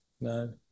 no